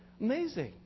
Amazing